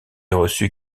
reçu